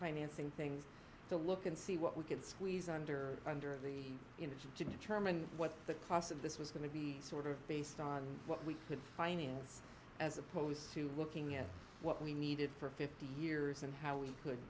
financing things to look and see what we can squeeze under under the industry to determine what the cost of this was going to be sort of based on what we could finance as opposed to looking at what we needed for fifty years and how we could